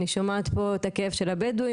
אני שומעת פה את הכאב של הבדואים,